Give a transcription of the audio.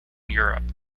europe